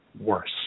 worse